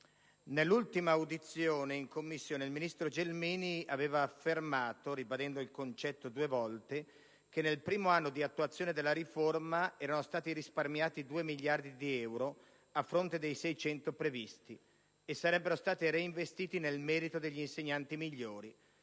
Nell'ultima audizione in Commissione il ministro Gelmini aveva affermato, ribadendo il concetto due volte, che nel primo anno di attuazione della riforma erano stati risparmiati 2 miliardi di euro a fronte dei 600 miliardi di euro previsti e che sarebbero stati reinvestiti nel merito degli insegnanti migliori,